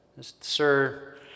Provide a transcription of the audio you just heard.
sir